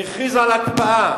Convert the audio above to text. הוא הכריז על הקפאה.